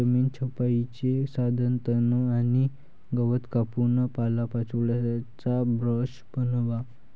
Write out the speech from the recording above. जमीन छपाईचे साधन तण आणि गवत कापून पालापाचोळ्याचा ब्रश बनवा